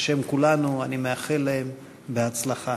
בשם כולנו אני מאחל להם בהצלחה.